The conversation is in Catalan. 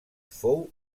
fou